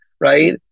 right